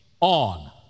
on